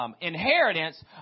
Inheritance